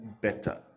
better